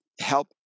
help